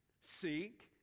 Seek